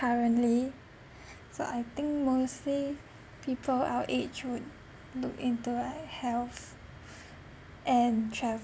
currently so I think mostly people our age would look into like health and travel